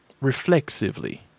reflexively